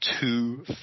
two